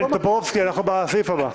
טופורובסקי, אנחנו בסעיף הבא.